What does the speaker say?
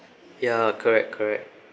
ya correct correct